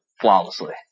flawlessly